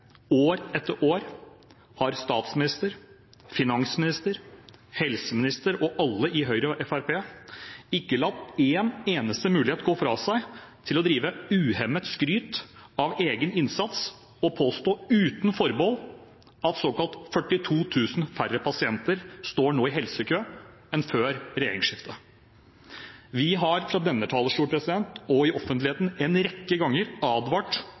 år etter år, har statsminister, finansminister, helseminister og alle i Høyre og Fremskrittspartiet ikke latt én eneste mulighet gå fra seg til å drive uhemmet skryt av egen innsats og uten forbehold påstå at det står såkalt 42 000 færre pasienter i helsekø nå enn før regjeringsskiftet. Vi har fra denne talerstolen og i offentligheten en rekke ganger advart